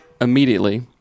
immediately